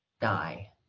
die